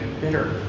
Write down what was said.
bitter